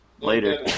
Later